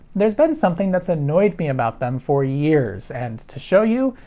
there's been something that's annoyed me about them for years. and to show you,